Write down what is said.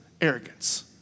arrogance